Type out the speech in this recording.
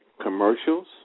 commercials